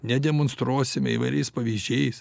nedemonstruosime įvairiais pavyzdžiais